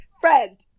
friend